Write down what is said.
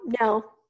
no